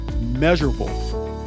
measurable